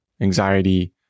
anxiety